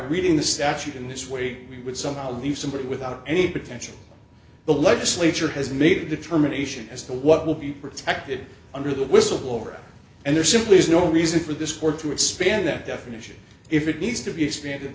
reading the statute in this way it would somehow leave somebody without any potential the legislature has made a determination as to what will be protected under the whistleblower and there simply is no reason for this court to expand that definition if it needs to be